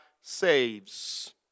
saves